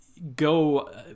Go